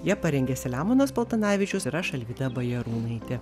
ją parengė selemonas paltanavičius ir aš alvyda bajarūnaitė